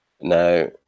Now